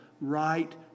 right